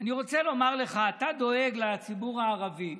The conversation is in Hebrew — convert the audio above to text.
אני רוצה לומר לך, אתה דואג לציבור הערבי,